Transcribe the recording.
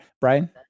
Brian